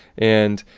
and,